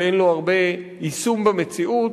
ואין לו הרבה יישום במציאות,